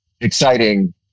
exciting